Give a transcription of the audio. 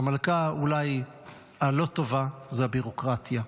אולי המלכה הלא-טובה, זה הבירוקרטיה.